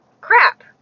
crap